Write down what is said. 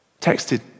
texted